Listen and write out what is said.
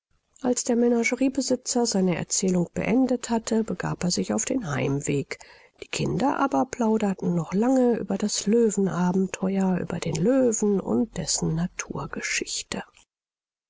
als der menageriebesitzer seine erzählung beendet hatte begab er sich auf den heimweg die kinder aber plauderten noch lange über das löwenabenteuer über den löwen und dessen